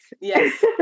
Yes